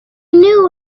knew